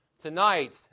Tonight